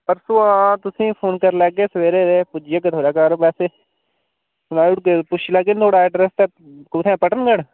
परसों तुसें ईं फोन करी लैह्गे सवेरे ते पुज्जी जाह्गे थुआढ़े घर वैसे सनाई ओड़गे पुच्छी लैह्गे निं थुआढ़ा एड्रैस कुत्थै पट्टनगढ़